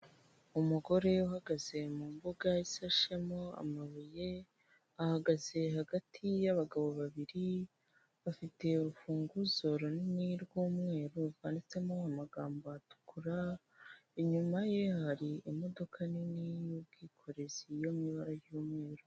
Umugore uhagaze mu mbuga isashemo amabuye, ahagaze hagati y'abagabo babiri, bafite urufunguzo runini rw'umweru rwanditsemo amagambo atukura, inyuma ye hari imodoka nini y'ubwikorezi yo mu ibara ry'umweru.